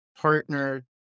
partner